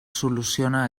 soluciona